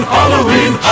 Halloween